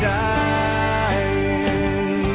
dying